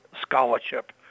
scholarship